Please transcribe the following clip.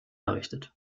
errichtet